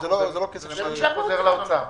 וזה חוזר לאוצר.